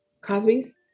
cosby's